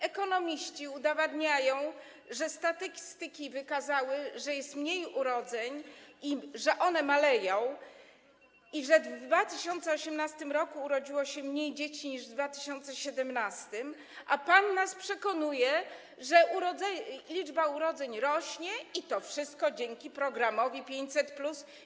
Ekonomiści udowadniają, że statystyki wykazały, że jest mniej urodzeń i że te liczby maleją i że w 2018 r. urodziło się mniej dzieci niż w 2017 r., a pan nas przekonuje, że liczba urodzeń rośnie, i to wszystko dzięki programowi 500+.